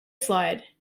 slide